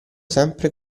sempre